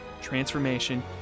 transformation